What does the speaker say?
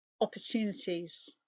opportunities